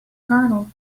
colonel